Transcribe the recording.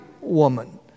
woman